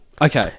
Okay